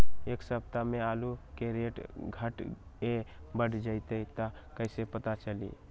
एक सप्ताह मे आलू के रेट घट ये बढ़ जतई त कईसे पता चली?